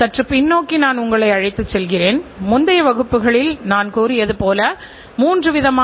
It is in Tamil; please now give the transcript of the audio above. மேலும் தரக் கட்டுப்பாட்டில் அமைந்துள்ள நுட்பங்கள் குறித்தும் பார்ப்போம்